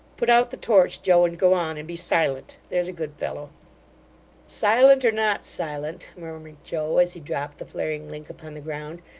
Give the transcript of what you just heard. put out the torch, joe, and go on. and be silent, there's a good fellow silent or not silent murmured joe, as he dropped the flaring link upon the ground,